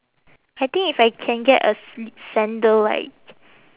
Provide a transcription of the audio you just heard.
I think if I can get a sli~ sandal right